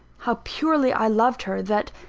how purely i loved her, that,